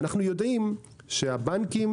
אנו יודעים שהבנקים,